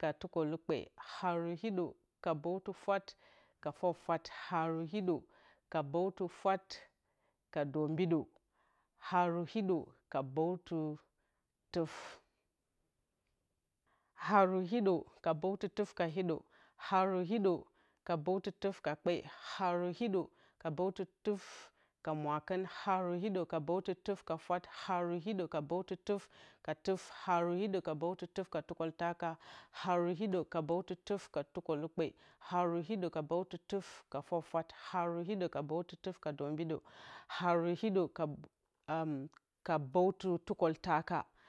ka tukǝlukpe haru hiɗǝ ka bǝwtǝ fwat ka fwafwat haru hiɗǝ ka bǝwtǝ fwat ka dombidǝ haru hiɗǝ ka bǝwtǝ fwat ka tuf haru hiɗǝ ka bǝwtǝ fwat ka tukǝltaka haru hiɗǝ ka bǝwtǝ fwat ka tukolokpe haru hiɗǝ ka bǝwtǝ fwat ka fwafwat haru hiɗǝ ka bǝwtǝ fwat ka dombido haru hiɗǝ ka bǝwtɨ tuf haru hiɗǝ ka bǝwtɨ tuf ka hiɗo haru hiɗǝ ka bǝwtɨ tuf ka kpe haru hiɗǝ ka bǝwtɨ tuf ka mwakɨn haru hiɗǝ ka bǝwtɨ tuf ka fwat haru hiɗǝ ka bǝwtɨ tuf ka tuf haru hiɗǝ ka bǝwtɨ tuf ka tukǝltaka haru hiɗǝ ka bǝwtɨ tuf ka tukǝlukpe haru hiɗǝ ka bǝwtɨ tuf ka fwafwat haru hiɗǝ ka bǝwtɨ tuf ka dombidǝ haru hiɗǝ ka bǝwtɨ tukǝltaka haru hiɗǝ ka bǝwtɨ tukǝltaka